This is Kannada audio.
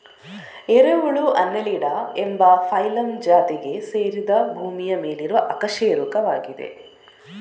ಎರೆಹುಳು ಅನ್ನೆಲಿಡಾ ಎಂಬ ಫೈಲಮ್ ಜಾತಿಗೆ ಸೇರಿದ ಭೂಮಿಯ ಮೇಲಿರುವ ಅಕಶೇರುಕವಾಗಿದೆ